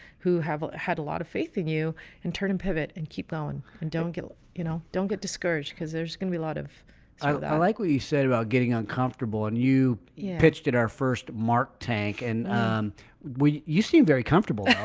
who have had a lot of faith in you and turn and pivot and keep going and don't get you know, don't get discouraged because there's gonna be a lot of like what you said about getting uncomfortable and you you pitched it our first mark tank and we you seem very comfortable. yeah